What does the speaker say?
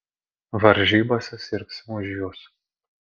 varžybose sirgsim už jus